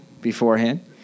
beforehand